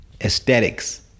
aesthetics